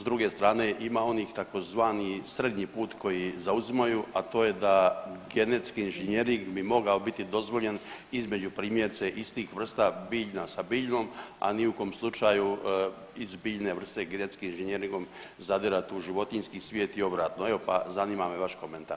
S druge strane ima onih tzv. srednji put koji zauzimaju, a to je da genetski inženjering bi mogao biti dozvoljen između primjerice istih vrsta biljna sa biljnom, a ni u kom slučaju iz biljne vrste genetskim inženjeringom zadirat u životinjski svijet i obratno, evo pa zanima me vaš komentar.